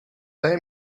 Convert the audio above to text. play